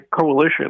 coalition